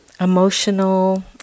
emotional